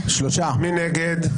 מי נגד?